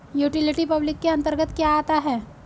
Utility public के अंतर्गत क्या आता है?